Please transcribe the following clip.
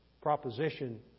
proposition